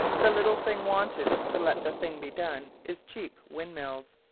the little thing wanted to let the thing be done is cheap windmills.